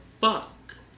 fuck